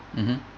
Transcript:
mmhmm